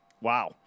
Wow